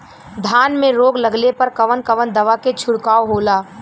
धान में रोग लगले पर कवन कवन दवा के छिड़काव होला?